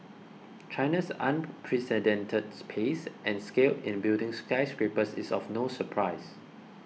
China's unprecedented pace and scale in building skyscrapers is of no surprise